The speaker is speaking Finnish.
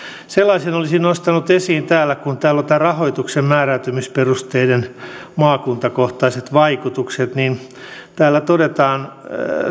sellaisen olisin nostanut esiin että täällä on tämä rahoituksen määräytymisperusteiden maakuntakohtaiset vaikutukset ja siellä todetaan